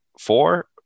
four